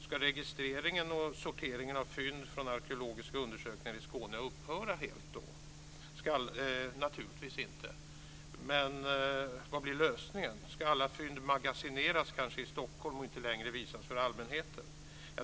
Ska registreringen och sorteringen av fynd från arkeologiska undersökningar i Skåne då helt upphöra? Det ska det naturligtvis inte, men vad blir lösningen? Ska alla fynd magasineras, i Stockholm och inte längre visas för allmänheten?